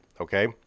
Okay